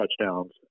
touchdowns